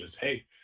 hey